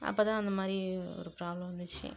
அப்போதான் அந்த மாதிரி ஒரு ப்ராப்ளம் வந்துச்சு